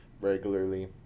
regularly